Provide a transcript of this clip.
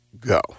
go